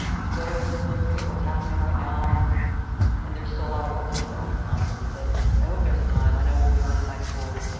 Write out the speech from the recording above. it's better to look at what's happening right now, and and there's still a lot of work to be done, honestly. but i hope there's a time. i know when we were in high school,